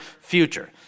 future